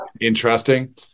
Interesting